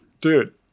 Dude